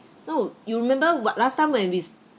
no you remember what last time when we